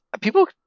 people